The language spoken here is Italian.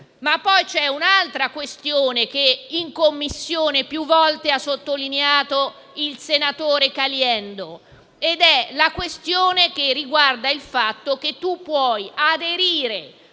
però, c'è un'altra questione che in Commissione più volte ha sottolineato il senatore Caliendo. È la questione riguardante il fatto che si possa aderire